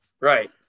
Right